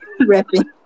repping